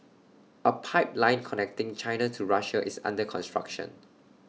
A pipeline connecting China to Russia is under construction